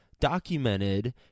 documented